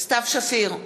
סתיו שפיר,